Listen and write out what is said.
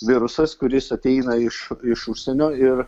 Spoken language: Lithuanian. virusas kuris ateina iš iš užsienio ir